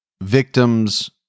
victims